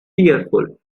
fearful